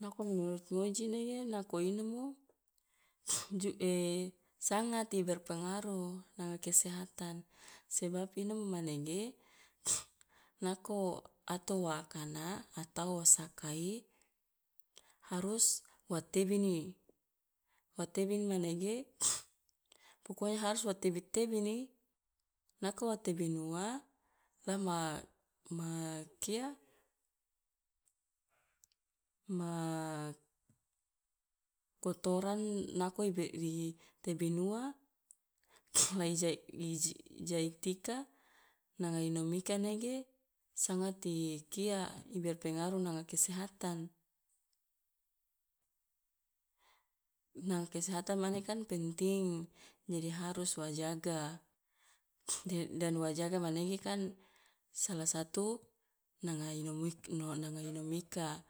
Nako menurut ngoji nege nako inomo ju sangat i berpengaruh nanga kesehatan, sebab inomo manege nako atau wa akana atau wa sakai harus wa tebini, wa tebini manege pokonya harus wa tebi tebini nako wo tebini ua la ma ma kia ma ma kotoran nako i be i tebin ua la ija- iji- jaitika nanga inom ika nege sangat i kia i berpengaruh nanga kesehatan, nanga kesehatan mane kan penting, jadi harus wa jaga de dan wa jaga manege kan salah satu nanga inomik nanga inom ika,